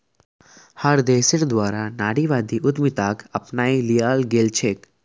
हर देशेर द्वारा नारीवादी उद्यमिताक अपनाए लियाल गेलछेक